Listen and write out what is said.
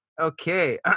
Okay